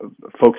folks